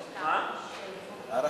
(הוראת שעה) (תיקון מס' 14),